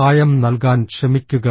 സഹായം നൽകാൻ ശ്രമിക്കുക